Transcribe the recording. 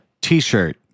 T-shirt